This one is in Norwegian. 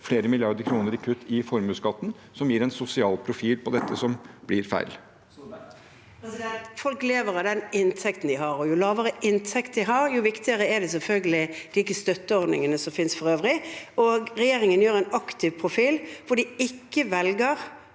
flere milliarder kroner i kutt i formuesskatten, som gir en sosial profil som blir feil. Erna Solberg (H) Folk lever av den inn- tekten de har, og jo lavere inntekt de har, jo viktigere er det selvfølgelig hvilke støtteordninger som finnes for øvrig. Regjeringen har en aktiv profil hvor de ikke vel